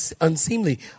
unseemly